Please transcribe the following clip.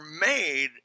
made